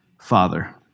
Father